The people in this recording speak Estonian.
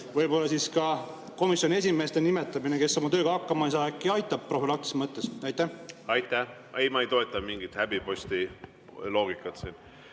Võib-olla siis ka nende komisjonide esimeeste nimetamine, kes oma tööga hakkama ei saa, äkki aitab, profülaktilises mõttes. Aitäh! Ei, ma ei toeta mingit häbipostiloogikat siin.